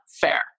fair